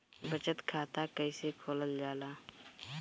बचत खाता कइसे खोलल जाला?